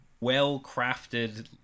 well-crafted